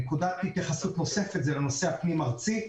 נקודת התייחסות נוספת היא בנושא הפנים-ארצי.